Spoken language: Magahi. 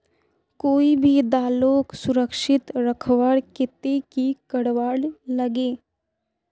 कोई भी दालोक सुरक्षित रखवार केते की करवार लगे?